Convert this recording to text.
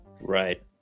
Right